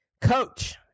coach